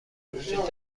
وجود